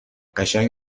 قشنگ